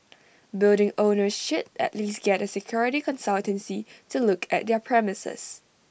building owners should at least get A security consultancy to look at their premises